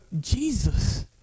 Jesus